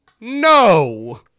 no